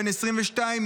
בן 22,